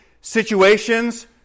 situations